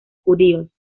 judíos